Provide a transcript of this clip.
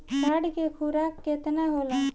साँढ़ के खुराक केतना होला?